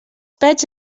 pets